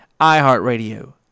iHeartRadio